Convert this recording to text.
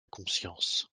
conscience